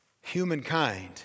Humankind